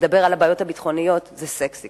לדבר על הבעיות הביטחוניות זה סקסי.